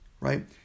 right